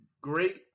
great